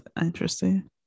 interesting